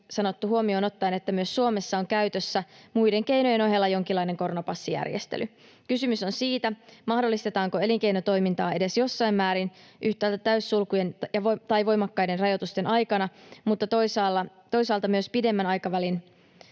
sanottu huomioon ottaen, että myös Suomessa on käytössä muiden keinojen ohella jonkinlainen koronapassijärjestely. Kysymys on siitä, mahdollistetaanko elinkeinotoimintaa edes jossain määrin yhtäältä täyssulkujen tai voimakkaiden rajoitusten aikana mutta toisaalta myös pidemmällä aikavälillä